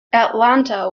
atlanta